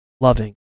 loving